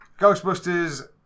Ghostbusters